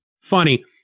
funny